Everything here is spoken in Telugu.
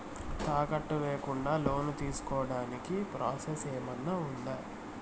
తాకట్టు లేకుండా లోను తీసుకోడానికి ప్రాసెస్ ఏమన్నా ఉందా?